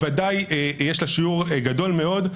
בוודאי יש לה שיעור גדול מאוד,